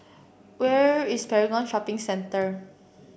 where is Paragon Shopping Centre